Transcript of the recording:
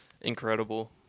incredible